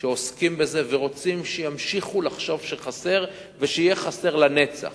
שעוסקים בזה ורוצים שימשיכו לחשוב שחסר ושיהיה חסר לנצח,